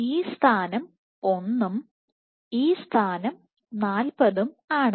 ഈ സ്ഥാനം 1 ഉം ഈ സ്ഥാനം 40 ഉം ആണ്